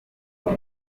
bose